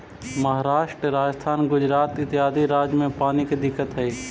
महाराष्ट्र, राजस्थान, गुजरात इत्यादि राज्य में पानी के दिक्कत हई